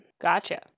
Gotcha